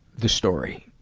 the story.